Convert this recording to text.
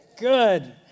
Good